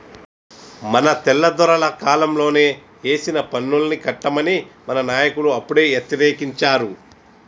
మన తెల్లదొరల కాలంలోనే ఏసిన పన్నుల్ని కట్టమని మన నాయకులు అప్పుడే యతిరేకించారు